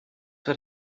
what